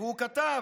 הוא כתב